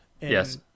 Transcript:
Yes